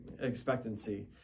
expectancy